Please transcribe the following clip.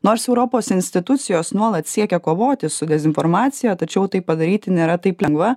nors europos institucijos nuolat siekia kovoti su dezinformacija tačiau tai padaryti nėra taip lengva